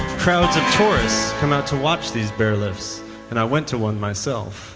crowds of tourists come out to watch these bear lifts and i went to one myself.